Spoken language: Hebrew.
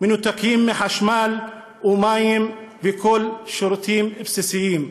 מנותקים מחשמל וממים ומכל השירותים בסיסיים.